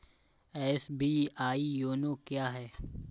SBI YONO क्या है?